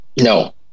No